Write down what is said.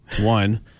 One